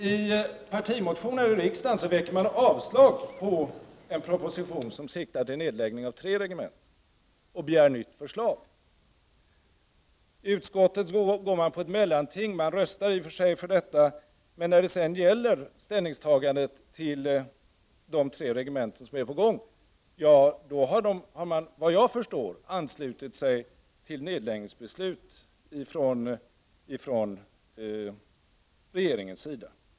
I partimotionen i riksdagen vill man yrka avslag på en proposition som siktar till nedläggning av tre regementen och begär ett nytt förslag. I utskottet går man på en linje som är ett mellanting. Man röstar i och för sig för detta. Men när det sedan gäller ställningstagandet till de tre regementen som är på gång att läggas ned, har man, vad jag förstår, anslutit sig till nedläggningsförslaget från regeringens sida.